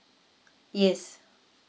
yes